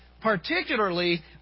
particularly